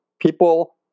People